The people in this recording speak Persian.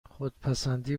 خودپسندی